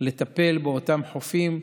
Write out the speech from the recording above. לטפל באותם חופים,